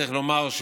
צריך לומר,